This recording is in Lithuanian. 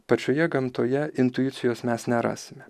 pačioje gamtoje intuicijos mes nerasime